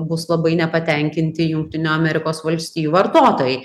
bus labai nepatenkinti jungtinių amerikos valstijų vartotojai